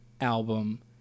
album